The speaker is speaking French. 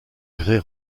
grès